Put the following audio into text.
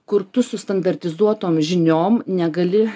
kur tu su standartizuotomis žiniom negali